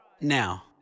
now